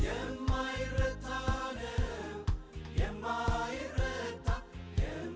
yeah yeah yeah